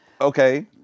Okay